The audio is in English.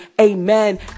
amen